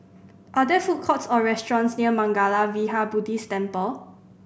are there food courts or restaurants near Mangala Vihara Buddhist Temple